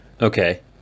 Okay